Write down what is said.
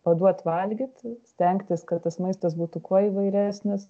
paduot valgyt stengtis kad tas maistas būtų kuo įvairesnis